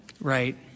Right